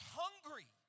hungry